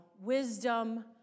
wisdom